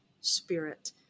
spirit